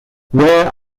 where